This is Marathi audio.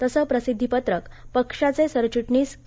तसं प्रसिद्धीपत्रक पक्षाचे सरचिटणीस के